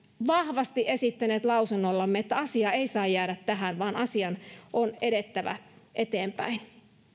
vahvasti esittäneet lausumallamme että asia ei saa jäädä tähän vaan asian on edettävä eteenpäin